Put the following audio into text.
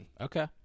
Okay